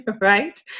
right